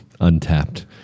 Untapped